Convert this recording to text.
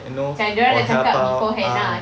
macam dia orang dah cakap beforehand ah